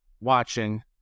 watching